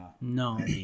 no